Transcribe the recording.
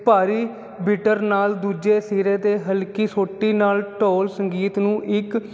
ਭਾਰੀ ਬਿਟਰ ਨਾਲ ਦੂਜੇ ਸਿਰੇ 'ਤੇ ਹਲਕੀ ਸੋਟੀ ਨਾਲ ਢੋਲ ਸੰਗੀਤ ਨੂੰ ਇੱਕ